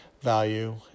value